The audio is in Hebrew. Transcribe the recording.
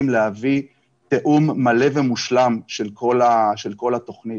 להביא תיאום מלא ומושלם של כל התוכנית.